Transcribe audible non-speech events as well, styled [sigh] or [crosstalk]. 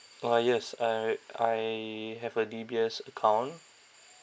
ah yes I [noise] I have a D_B_S account